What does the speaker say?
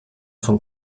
von